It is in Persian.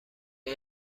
این